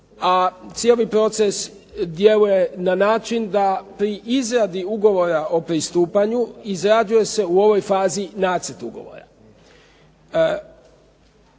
cijeli proces djeluje na način da pri izradi ugovora o pristupanju izrađuje se u ovoj fazi nacrt ugovora.